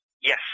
Yes